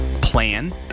plan